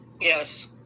Yes